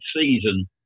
season